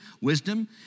wisdom